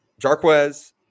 Jarquez